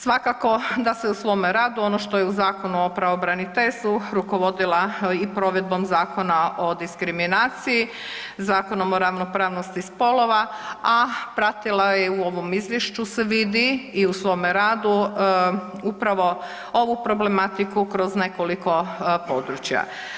Svakako da se u svome radu ono što je u Zakonu o pravobraniteljstvu rukovodila i provedbom Zakona o diskriminaciji, Zakonom o ravnopravnosti spolova, a pratila je u ovom izvješću se vidi i u svome radu upravo ovu problematiku kroz nekoliko područja.